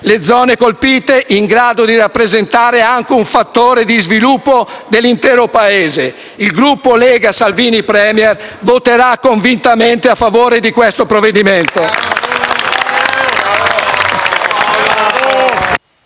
le zone colpite in grado di rappresentare anche un fattore di sviluppo dell'intero Paese. Il Gruppo Lega-Salvini Premier voterà convintamente a favore di questo provvedimento.